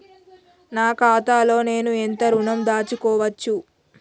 నా ఖాతాలో నేను ఎంత ఋణం దాచుకోవచ్చు?